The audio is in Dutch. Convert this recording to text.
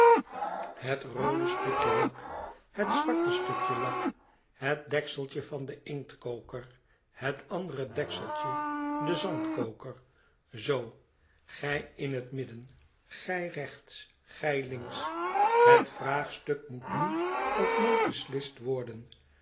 het roode stukje lak het zwarte stukje lak het dekseltje van den inktkoker het andere dekseltje de zandkoker zoo gij in het midden gij rechts gij links het vraagstuk moet nu of nooit beslist worden